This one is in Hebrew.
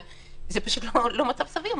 אבל זה פשוט לא מצב סביר.